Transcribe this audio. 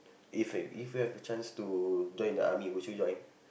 if you if you have the chance to join the army would you join